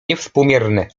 niewspółmierne